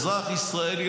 אזרח ישראלי,